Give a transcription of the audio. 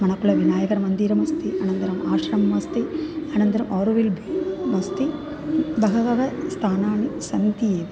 मणकुलविनायकरमन्दिरमस्ति अनन्तरम् आश्रम् अस्ति अनन्तरम् अरोविल् बहु अस्ति बहूनि स्थानानि सन्ति एव